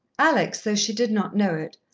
alex, though she did not know it,